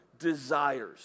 desires